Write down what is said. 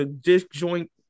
disjoint